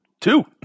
two